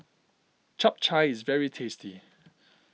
Chap Chai is very tasty